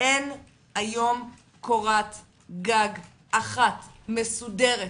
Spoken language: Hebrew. אין היום קורת גג אחת מסודרת,